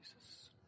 Jesus